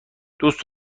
دوست